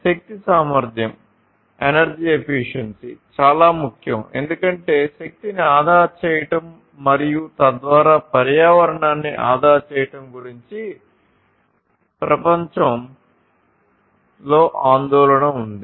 శక్తి సామర్థ్యం చాలా ముఖ్యం ఎందుకంటే శక్తిని ఆదా చేయడం మరియు తద్వారా పర్యావరణాన్ని ఆదా చేయడం గురించి ప్రపంచ లో ఆందోళన ఉంది